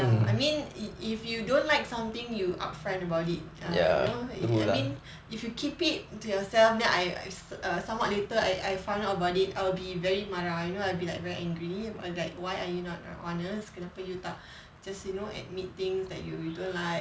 I mean if if you don't like something you upfront about it err you know I mean if you keep it to yourself then I I somewhat later I I found out about it I'll be very marah you know I'll be like very angry or like why are you not honest kenapa you tak just you know admit things that you you don't like